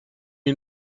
you